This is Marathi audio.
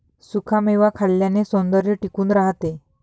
सुखा मेवा खाल्ल्याने सौंदर्य टिकून राहते